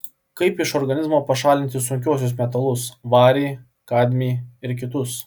kaip iš organizmo pašalinti sunkiuosius metalus varį kadmį ir kitus